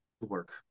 work